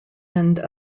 end